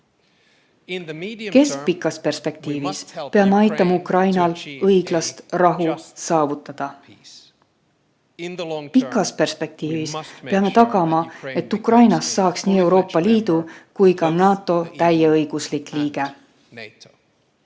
Keskpikas perspektiivis peame aitama Ukrainal õiglast rahu saavutada. Pikas perspektiivis peame tagama, et Ukrainast saaks nii Euroopa Liidu kui ka NATO täieõiguslik liige.